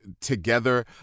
together